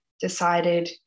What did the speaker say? decided